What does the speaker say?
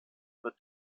wird